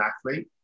athlete